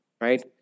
right